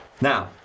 Now